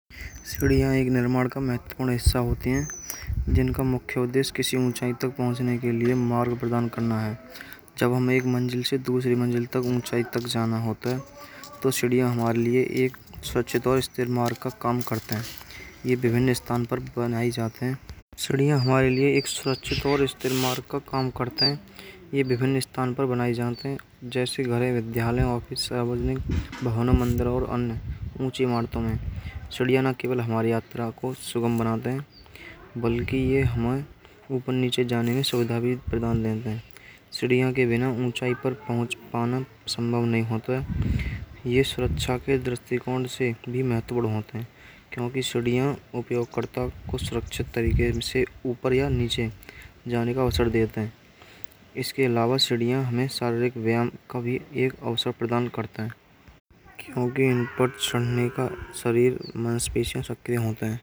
पहुँचने के लिए मार्ग प्रदान करना है। जब हम एक मंजिल से दूसरे मंजिल तक ऊँचाई तक जाना होता है। तो चिड़िया हमारे लिए एक स्वच्छ दो स्थिर मार्क का काम करता है। हमारे लिए एक मार्क का काम करता है। यह विभिन्न स्थान पर बनाए जाते हैं। जय विद्यालय वापस भावना मंदिर और ऊँची इमारतों में केवल हमारी यात्रा को शुभम बनाते हैं। बल्कि यह हमें नीचे जाने में दृष्टिकोण से एक भी महत्वपूर्ण है। क्योंकि यहाँ उपयोगकर्ता को सुरक्षित तरीके से ऊपर या नीचे। इसके अलावा स्टेडियम में शारीरिक व्यायाम कभी एक अवसर प्रदान करता है। चुनने का शरीर मांसपेशियाँ एक निर्माण का महत्वपूर्ण हिस्सा होते हैं जिनका मुख्य उद्देश्य किसी।